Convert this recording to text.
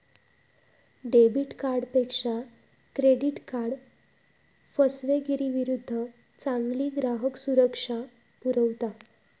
debit कार्डपेक्षा credit card फसवेगिरीविरुद्ध चांगली ग्राहक सुरक्षा पुरवता